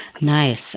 Nice